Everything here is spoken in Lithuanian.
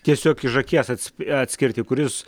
tiesiog iš akies ats atskirti kuris